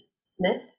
Smith